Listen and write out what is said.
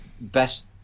best